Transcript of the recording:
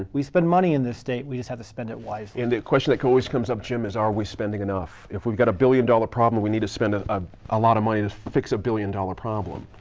we spend money in this state, we just have to spend it wisely. and the question that always comes up, jim, is are we spending enough? we've got a billion dollar problem, we need to spend ah ah a lot of money to fix a billion dollar problem.